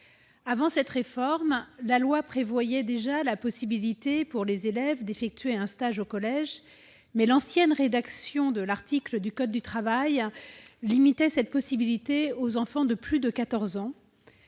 Avant cette réforme, la loi prévoyait déjà la possibilité pour les élèves d'effectuer un stage au collège, mais l'ancienne rédaction de l'article du code du travail limitait cette possibilité aux enfants de plus de 14 ans.